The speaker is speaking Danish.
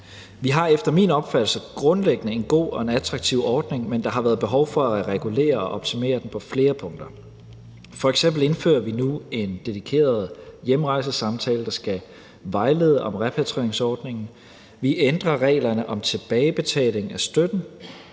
Vi har efter min opfattelse grundlæggende en god og attraktiv ordning, men der har været behov for at regulere og optimere den på flere punkter. F.eks. indfører vi nu en dedikeret hjemrejsesamtale, der skal vejlede om repatrieringsordningen, vi ændrer reglerne om tilbagebetaling af støtten,